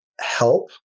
help